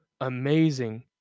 amazing